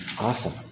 Awesome